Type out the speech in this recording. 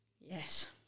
Yes